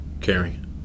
caring